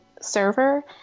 server